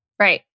Right